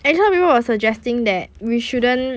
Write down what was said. actually some people were suggesting that we shouldn't